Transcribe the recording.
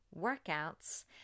workouts